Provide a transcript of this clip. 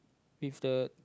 with the